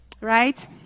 Right